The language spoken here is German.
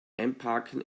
einparken